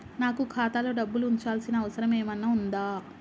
నాకు ఖాతాలో డబ్బులు ఉంచాల్సిన అవసరం ఏమన్నా ఉందా?